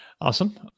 Awesome